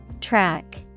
Track